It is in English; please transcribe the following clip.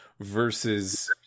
versus